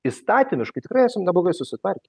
įstatymiškai tikrai esam neblogai susitvarkę